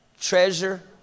treasure